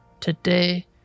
today